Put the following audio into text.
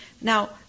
Now